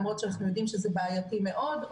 למרות שאנחנו יודעים שזה בעייתי מאוד,